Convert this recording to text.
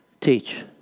teach